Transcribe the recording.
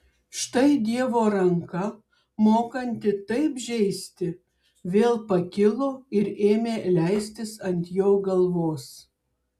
štai dievo ranka mokanti taip žeisti vėl pakilo ir ėmė leistis ant jo galvos